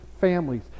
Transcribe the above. families